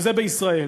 וזה בישראל.